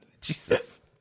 Jesus